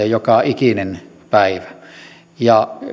joka ikinen päivä ja